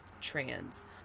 trans